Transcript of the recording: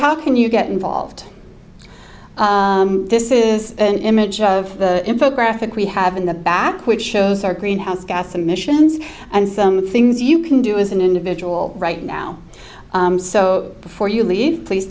how can you get involved this is an image of the info graphic we have in the back which shows our greenhouse gas emissions and some things you can do as an individual right now so before you leave please